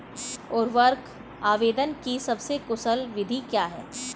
उर्वरक आवेदन की सबसे कुशल विधि क्या है?